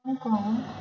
Hong Kong